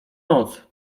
noc